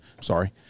Sorry